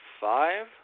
five